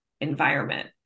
environment